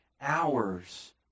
hours